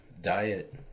diet